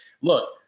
look